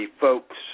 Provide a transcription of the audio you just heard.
folks